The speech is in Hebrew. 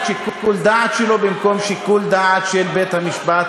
שיקול הדעת שלו במקום שיקול הדעת של בית-המשפט,